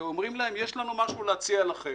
ואומרים להם: יש לנו משהו להציע לכם.